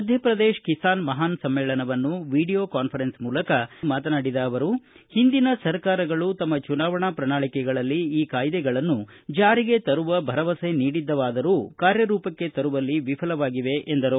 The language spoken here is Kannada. ಮಧ್ಯಪ್ರದೇಶ ಕಿಸಾನ್ ಮಹಾನ್ ಸಮ್ಮೇಳನವನ್ನು ವಿಡಿಯೋ ಕಾನ್ವರೆನ್ಸ್ ಮೂಲಕ ಉದ್ದೇಶಿಸಿ ಮಾತನಾಡಿದ ಅವರು ಹಿಂದಿನ ಸರ್ಕಾರಗಳು ತಮ್ಮ ಚುನಾವಣಾ ಪ್ರಣಾಳಿಕೆಗಳಲ್ಲಿ ಈ ಕಾಯ್ನೆಗಳನ್ನು ಜಾರಿಗೆ ತರುವ ಭರವಸೆ ನೀಡಿದ್ದವಾದರೂ ಕಾರ್ಯರೂಪಕ್ಕೆ ತರುವಲ್ಲಿ ವಿಫಲವಾಗಿವೆ ಎಂದರು